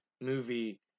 movie